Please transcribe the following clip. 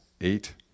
eight